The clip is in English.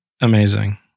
Amazing